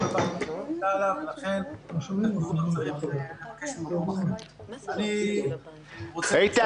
לכן --- אני רוצה